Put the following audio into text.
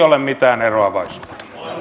ole mitään eroavaisuutta